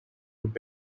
would